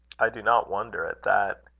i do not wonder at that.